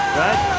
right